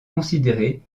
considérée